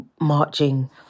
marching